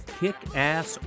kick-ass